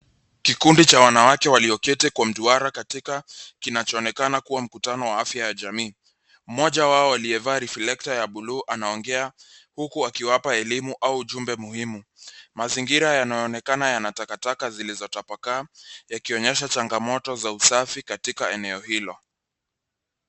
Kikundi cha wanawake walioketi kwa mduara katika kinachoonekana kuwa mkutano wa afya ya jamii. Mmoja wao aliyelivaa reflekta ya blue anaongea huku akiwapa elimu au ujumbe muhimu. Mazingira yanaonekana yana takataka zilizotapakaa yakionyesha changamoto za usafi katika eneo hilo.